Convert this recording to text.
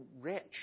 rich